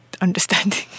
understanding